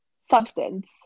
substance